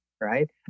right